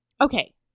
Okay